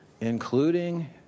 including